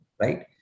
Right